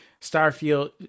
Starfield